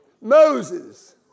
Moses